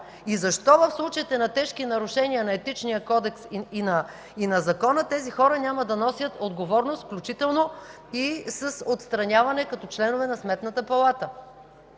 И защо в случаите на тежки нарушения на Етичния кодекс и на Закона, тези хора няма да носят отговорност, включително и с отстраняване като членове на Сметната палата?